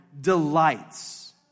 delights